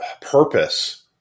purpose